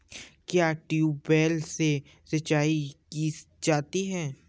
क्या ट्यूबवेल से सिंचाई की जाती है?